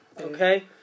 Okay